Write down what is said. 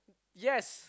yes